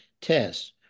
tests